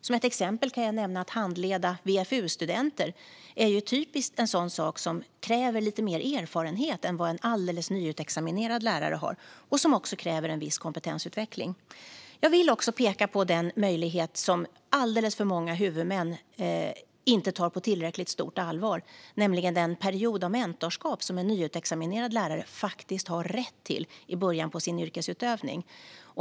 Jag kan nämna ett exempel: Att handleda VFU-studenter är typiskt en sådan sak som kräver lite mer erfarenhet än vad en alldeles nyutexaminerad lärare har och som också kräver en viss kompetensutveckling. Jag vill också peka på den möjlighet som alldeles för många huvudmän inte tar på tillräckligt stort allvar. Det handlar om den period av mentorskap som en nyutexaminerad lärare faktiskt har rätt till i början av sin yrkesutövning.